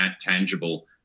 tangible